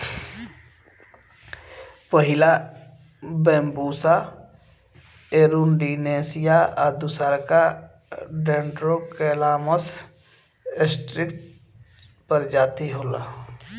पहिला Bambusa arundinacea आ दूसरका डेन्ड्रोकैलामस स्ट्रीक्ट्स प्रजाति होला